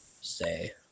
Say